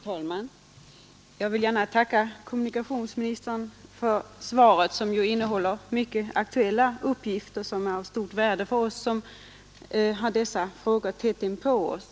Herr talman! Jag vill tacka kommunikationsministern för svaret, som innehåller många aktuella uppgifter av stort värde för oss som har dessa frågor tätt inpå oss.